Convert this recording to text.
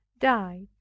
died